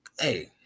hey